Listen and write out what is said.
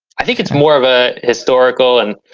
i think it's more of a historical and,